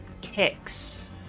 kicks